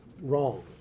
wrong